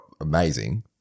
amazing